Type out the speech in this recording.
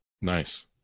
Nice